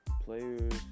players